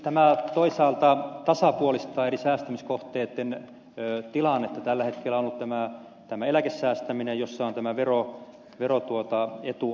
tämä toisaalta tasapuolistaa eri säästämiskohteitten tilannetta tällä hetkellä tämä eläkesäästäminen jossa on tämä veroetu alkuvaiheessa saatu